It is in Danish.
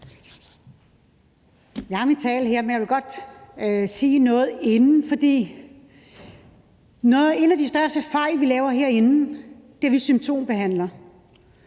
Jeg har min tale her, men jeg vil godt sige noget inden. En af de største fejl, vi laver herinde, er, at vi symptombehandler,